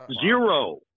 Zero